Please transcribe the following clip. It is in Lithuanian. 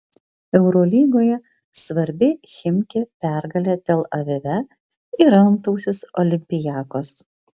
eurolygoje svarbi chimki pergalė tel avive ir antausis olympiakos